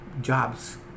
jobs